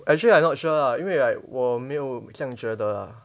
actually I not sure ah 因为 like 我没有这样觉得啊：wo mei you zhe yang jue de a